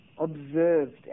observed